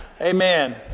Amen